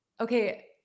Okay